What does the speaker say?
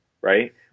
right